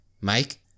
Mike